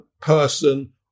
person